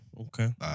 okay